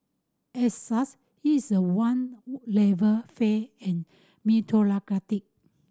as such is a one level fair and meritocratic